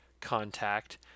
contact